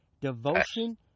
Devotion